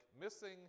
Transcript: missing